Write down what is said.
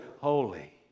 holy